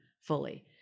fully